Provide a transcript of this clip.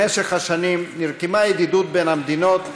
במשך השנים נרקמה ידידות בין המדינות,